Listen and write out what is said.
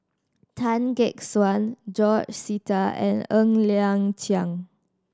Tan Gek Suan George Sita and Ng Liang Chiang